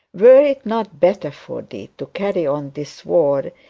were it not better for thee to carry on this war,